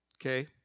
Okay